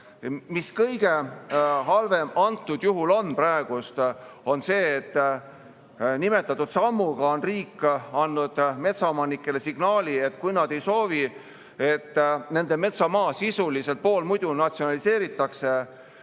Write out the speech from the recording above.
kõige halvem on, on see, et nimetatud sammuga on riik andnud metsaomanikele signaali, et kui nad ei soovi, et nende metsamaa sisuliselt poolmuidu natsionaliseeritakse,